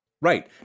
right